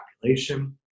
population